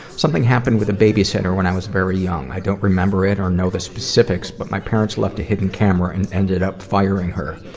something happened with the babysitter when i was very young. i don't remember it, or know the specifics, but parents left a hidden camera, and ended up firing her.